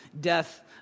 death